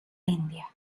india